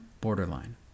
borderline